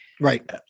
right